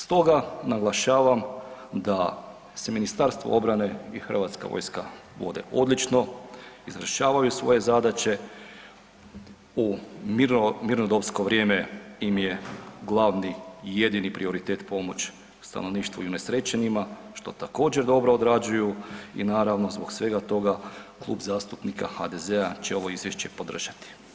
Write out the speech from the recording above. Stoga naglašavam da se Ministarstvo obrane i HV vode odlično, izvršavaju svoje zadaće, u mirnodopsko vrijeme im je glavni i jedini prioritet pomoć stanovništvu i unesrećenima, što također dobro odrađuju i naravno zbog svega toga Klub zastupnika HDZ-a će ovo izvješće podržati.